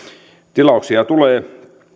tilauksia tulee